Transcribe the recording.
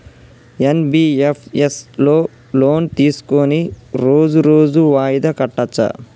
NBFS లో loan తీస్కొని రోజు రోజు వాయిదా కట్టచ్ఛా?